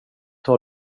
tar